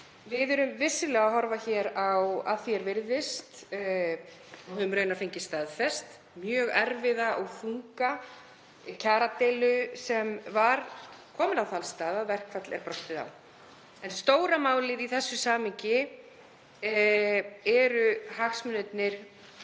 Við erum vissulega að horfa á, að því er virðist, og höfum raunar fengið staðfest, mjög erfiða og þunga kjaradeilu sem komin var á þann stað að verkfall er brostið á. En stóra málið í þessu samhengi eru hagsmunirnir